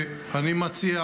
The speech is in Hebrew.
אני מציע